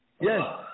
Yes